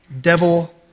devil